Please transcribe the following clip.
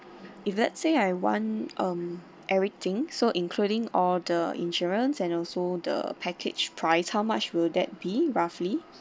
if let's say I want um everything so including all the insurance and also the package price how much will that be roughly